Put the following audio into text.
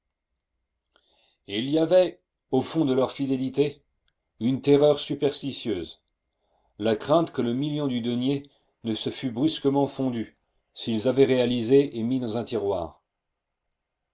il y avait au fond de leur fidélité une terreur superstitieuse la crainte que le million du denier ne se fût brusquement fondu s'ils l'avaient réalisé et mis dans un tiroir